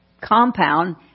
compound